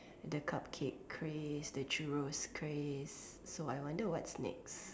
the cupcake craze the Churros craze so I wonder what's next